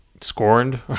scorned